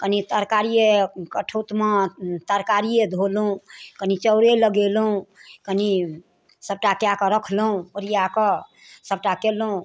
कनि तरकारिए कठौतमे तरकारिए धोलहुँ कनि चाउरे लगेलहुँ कनि सबटा कऽ कऽ रखलहुँ ओरिआकऽ सबटा केलहुँ